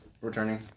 Returning